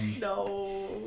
No